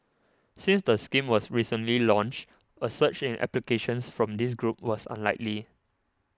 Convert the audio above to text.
since the scheme was recently launched a surge in applications from this group was unlikely